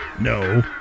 No